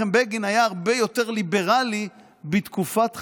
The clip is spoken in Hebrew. מנחם בגין היה הרבה יותר ליברלי בתקופת חייו.